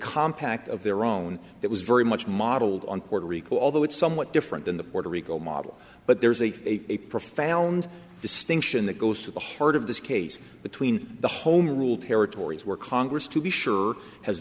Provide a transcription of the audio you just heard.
compact of their own that was very much modeled on puerto rico although it's somewhat different than the puerto rico model but there's a a profound distinction that goes to the heart of this case between the home rule territories where congress to be sure has